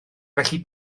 felly